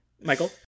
Michael